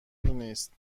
نیست